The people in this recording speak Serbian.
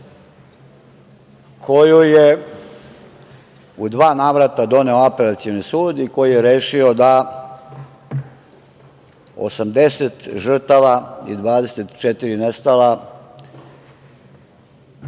koju je u dva navrata doneo Apelacioni sud i koji je rešio da 80 žrtava i 24 nestala